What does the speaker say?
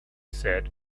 said